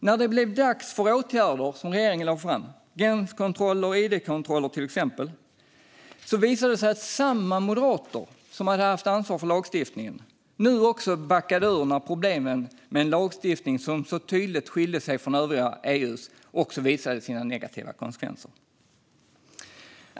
När det blev dags för åtgärder, som regeringen lade fram, till exempel gränskontroller och id-kontroller, visade det sig att samma moderater som hade haft ansvar för lagstiftningen nu backade ur när lagstiftningen, som så tydligt skilde sig från den i övriga EU, också visade sina negativa konsekvenser.